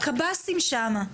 הקב"סים שם.